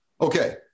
Okay